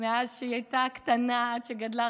מאז שהיא הייתה קטנה עד שהיא גדלה,